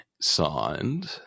signed